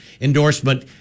endorsement